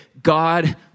God